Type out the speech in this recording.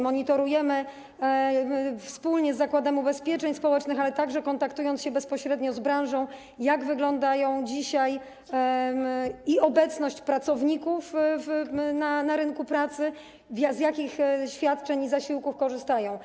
Monitorujemy wspólnie z Zakładem Ubezpieczeń Społecznych, ale także kontaktując się bezpośrednio z branżą, jak wygląda dzisiaj obecność pracowników na rynku pracy, z jakich świadczeń i zasiłków korzystają.